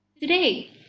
today